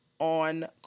On